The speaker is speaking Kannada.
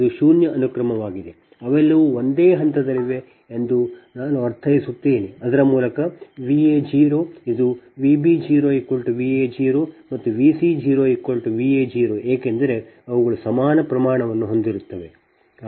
ಇದು ಶೂನ್ಯ ಅನುಕ್ರಮವಾಗಿದೆ ಅವೆಲ್ಲವೂ ಒಂದೇ ಹಂತದಲ್ಲಿವೆ ಎಂದು ನಾನು ಅರ್ಥೈಸುತ್ತೇನೆ ಅದರ ಮೂಲಕ V a0 ಇದು V b0 V a0 ಮತ್ತು V c0 V a0 ಏಕೆಂದರೆ ಅವುಗಳು ಸಮಾನ ಪ್ರಮಾಣವನ್ನು ಹೊಂದಿರುತ್ತವೆ